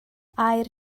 aur